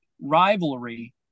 rivalry